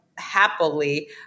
happily